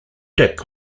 dick